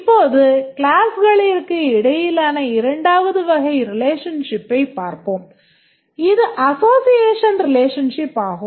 இப்போது கிளாஸ்களிற்கு இடையிலான இரண்டாவது வகை relationship ஐப் பார்ப்போம் இது association relationship ஆகும்